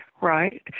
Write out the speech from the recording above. right